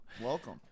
Welcome